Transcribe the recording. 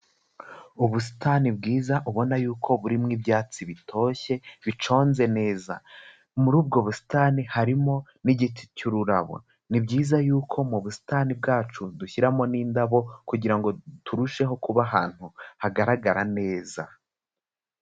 Ubusitani bwiza ubona y'uko burimo ibyatsi bitoshye biconze neza, muri ubwo busitani harimo n'igiti cy'ururabo, ni byiza y'uko mu busitani bwacu dushyiramo n'indabo kugira ngo turusheho kuba ahantu hagaragara neza.